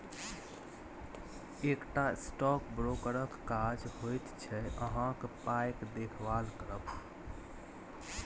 एकटा स्टॉक ब्रोकरक काज होइत छै अहाँक पायक देखभाल करब